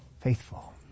faithful